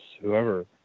whoever